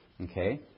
Okay